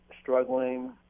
struggling